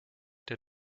der